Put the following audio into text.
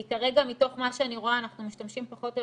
כי כרגע מתוך מה שאני רואה אנחנו משתמשים פחות או